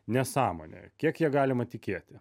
nesąmonė kiek ja galima tikėti